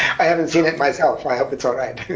i haven't seen it myself. i hope it's alright.